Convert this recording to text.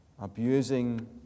abusing